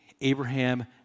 Abraham